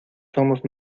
somos